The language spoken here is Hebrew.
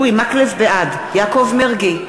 בעד יעקב מרגי,